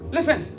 Listen